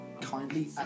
kindly